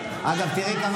זה הישג ענק,